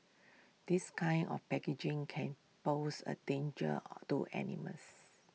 this kind of packaging can pose A danger or to animals